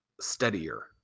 steadier